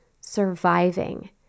surviving